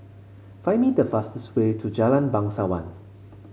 find me the fastest way to Jalan Bangsawan